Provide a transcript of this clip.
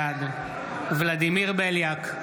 בעד ולדימיר בליאק,